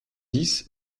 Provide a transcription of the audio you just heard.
dix